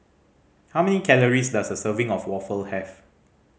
how many calories does a serving of waffle have